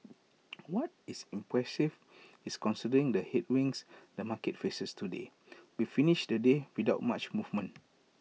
what is impressive is considering the headwinds the market faces today we finished the day without much movements